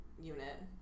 unit